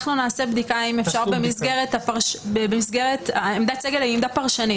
אנחנו נעשה בדיקה אם אפשר במסגרת עמדת סגל אם היא עמדה פרשנית.